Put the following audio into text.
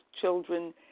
children